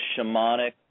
shamanic